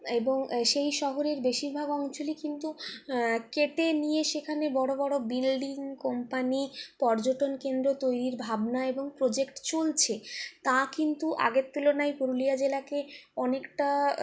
এবং সেই শহরের বেশিরভাগ অঞ্চলই কিন্তু কেটে নিয়ে সেখানে বড়ো বড়ো বিল্ডিং কোম্পানি পর্যটন কেন্দ্র তৈরির ভাবনা এবং প্রোজেক্ট চলছে তা কিন্তু আগের তুলনায় পুরুলিয়া জেলাকে অনেকটা